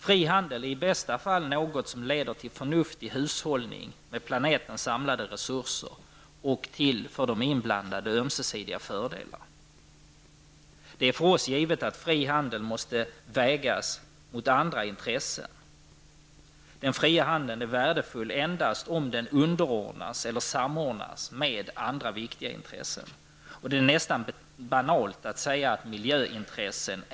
Fri handel är i bästa fall något som leder till förnuftig hushållning med planetens samlade resurser och till för de inblandade ömsesidiga fördelar. Det är för oss givet att fri handel måste vägas mot andra intressen. Den fria handeln är värdefull endast om den underordnas eller samordnas med andra viktiga intressen. Det är nästan banalt att säga att miljöintressen.